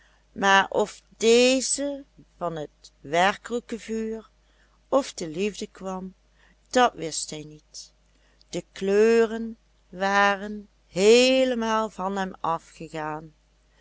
maar of deze van het werkelijke vuur of de liefde kwam dat wist hij niet de kleuren waren heelemaal van hem afgegaan